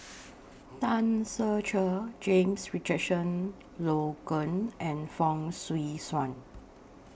Tan Ser Cher James Richardson Logan and Fong Swee Suan